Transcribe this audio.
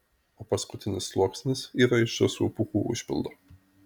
o paskutinis sluoksnis yra iš žąsų pūkų užpildo